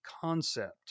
Concept